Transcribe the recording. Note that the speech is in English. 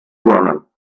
ronald